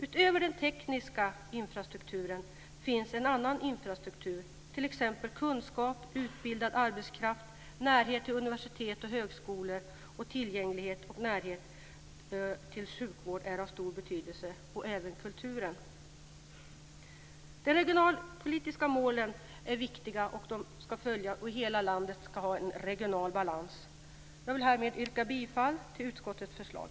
Utöver den tekniska infrastrukturen finns en annan infrastruktur, t.ex. kunskap och utbildad arbetskraft, närhet till högskolor och universitet och tillgänglighet och närhet till sjukvård, som är av stor betydelse, och även kultur. De regionalpolitiska målen är viktiga. Hela landet ska ha en regional balans. Jag yrkar bifall till utskottets förslag.